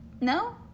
no